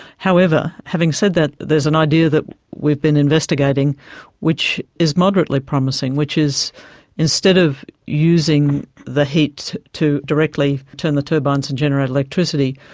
however, having said that, there is an idea that we've been investigating which is moderately promising which is instead of using the heat to directly turn the turbines and generate electricity,